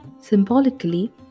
symbolically